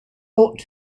ought